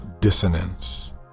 dissonance